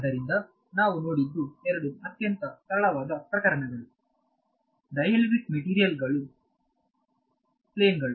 ಆದ್ದರಿಂದ ನಾವು ನೋಡಿದ್ದು ಎರಡು ಅತ್ಯಂತ ಸರಳವಾದ ಪ್ರಕರಣಗಳು ಡೈಎಲೆಕ್ಟ್ರಿಕ್ ಮೆಟೀರಿಯಲ್ ಪ್ಲೇನ್ ಗಳು